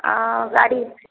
हूँ गाड़ी छै